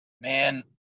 man